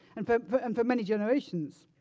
and for but and for many generations.